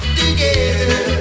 together